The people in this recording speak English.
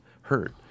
hurt